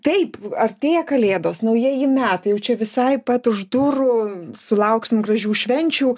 taip artėja kalėdos naujieji metai jau čia visai pat už durų sulauksim gražių švenčių